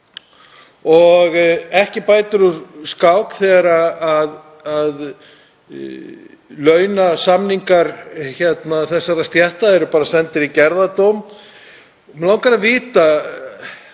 Ekki bætir úr skák þegar launasamningar þessara stétta eru bara sendir í gerðardóm.